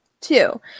two